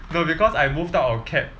no because I moved out of cap